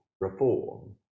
reform